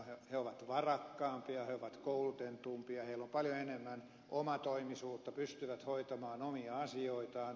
he ovat varakkaampia he ovat koulutetumpia heillä on paljon enemmän omatoimisuutta pystyvät hoitamaan omia asioitaan